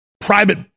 private